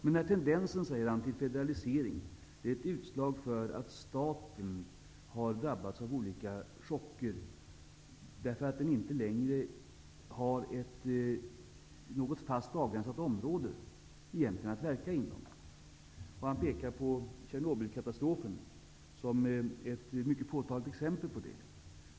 Han säger att den här tendensen till federalisering är ett utslag för att staten har drabbats av olika chocker därför att den egentligen inte längre har något fast avgränsat område att verka inom. Han pekar på Tjernobylkatastrofen som ett mycket påtagligt exempel på detta.